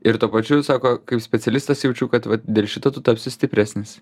ir tuo pačiu sako kaip specialistas jaučiu kad vat dėl šito tu tapsi stipresnis